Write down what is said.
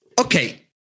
okay